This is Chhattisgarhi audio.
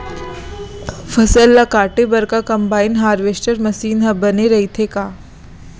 फसल ल काटे बर का कंबाइन हारवेस्टर मशीन ह बने रइथे का?